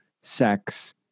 sex